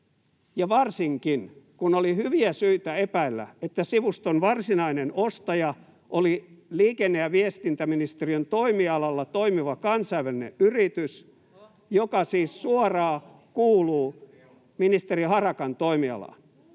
varsinkin kun oli hyviä syitä epäillä, että sivuston varsinainen ostaja oli liikenne- ja viestintäministeriön toimialalla toimiva kansainvälinen yritys, [Oikealta: Ohhoh!] joka siis suoraan kuuluu ministeri Harakan toimialaan.